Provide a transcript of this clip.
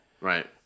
Right